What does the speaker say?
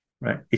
Right